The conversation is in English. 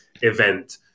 event